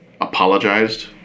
apologized